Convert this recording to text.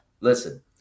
listen